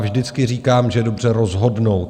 Vždycky říkám, že dobře rozhodnout.